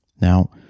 Now